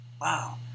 Wow